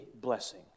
blessing